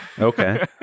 Okay